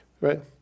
right